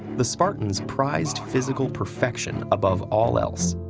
the spartans prized physical perfection above all else,